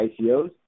ICOs